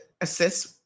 assist